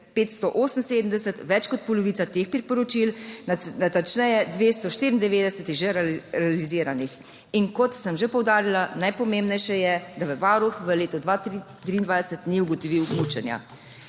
578, več kot polovica teh priporočil, natančneje 294, že realiziranih. In kot sem že poudarila, najpomembnejše je, da Varuh v letu 2003 ni ugotovil mučenja.